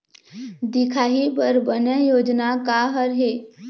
दिखाही बर बने योजना का हर हे?